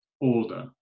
order